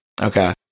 Okay